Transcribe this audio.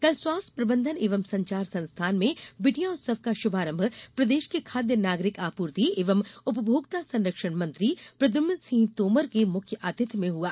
कल स्वास्थ्य प्रबंधन एवं संचार संस्थान में बिटिया उत्सव का श्भारंभ प्रदेश के खाद्य नागरिक आपूर्ति एवं उपभोक्ता संरक्षण मंत्री प्रद्यम्न सिंह तोमर के मुख्य आतिथ्य में हुआ